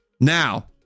Now